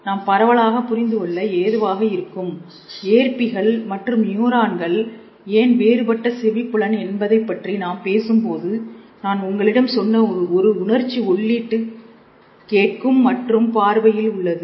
நாம் பரவலாக புரிந்து கொள்ள ஏதுவாக இருக்கும் ஏற்பிகள் மற்றும் நியூரான்கள் ஏன் வேறுபட்ட செவிப்புலன் என்பதைப்பற்றி நாம் பேசும்போது நான் உங்களிடம் சொன்ன ஒரு உணர்ச்சி உள்ளிட்டு கேட்கும் மற்றும் பார்வையில் உள்ளது